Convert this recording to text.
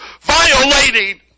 violating